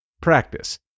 practice